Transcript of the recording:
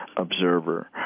observer